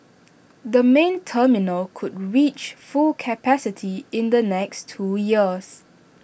the main terminal could reach full capacity in the next two years